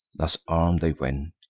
thus arm'd they went.